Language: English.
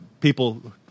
people